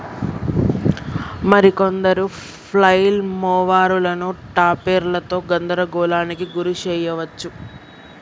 మరి కొందరు ఫ్లైల్ మోవరులను టాపెర్లతో గందరగోళానికి గురి శెయ్యవచ్చు